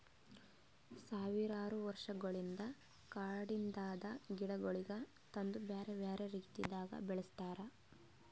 ಸಾವಿರಾರು ವರ್ಷಗೊಳಿಂದ್ ಕಾಡದಾಂದ್ ಗಿಡಗೊಳಿಗ್ ತಂದು ಬ್ಯಾರೆ ಬ್ಯಾರೆ ರೀತಿದಾಗ್ ಬೆಳಸ್ತಾರ್